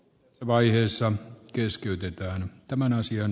b vaiheessa keskeytyy tämän asian